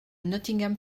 nottingham